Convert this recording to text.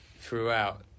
throughout